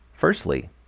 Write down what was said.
Firstly